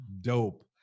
dope